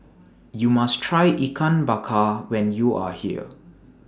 YOU must Try Ikan Bakar when YOU Are here